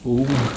oh